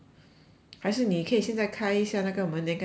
还是你也可以现在开一下那个门 then 跟她讲